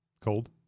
Cold